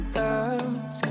girls